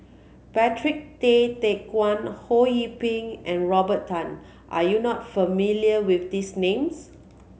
Patrick Tay Teck Guan Ho Yee Ping and Robert Tan are you not familiar with these names